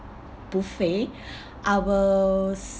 buffet I will